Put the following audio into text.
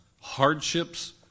hardships